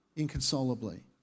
inconsolably